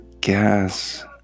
gas